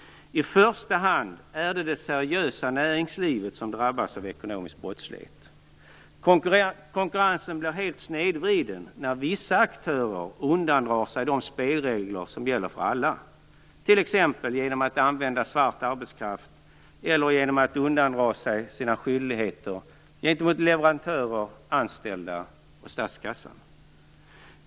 I första hand är det det seriösa näringslivet som drabbas av ekonomisk brottslighet. Konkurrensen blir helt snedvriden när vissa aktörer undandrar sig de spelregler som gäller för alla, t.ex. genom att använda svart arbetskraft eller genom att undandra sig sina skyldigheter gentemot leverantörer, anställda och statskassan.